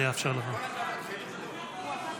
אני אאפשר גילוי נאות לשר ברקת,